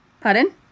Pardon